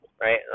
right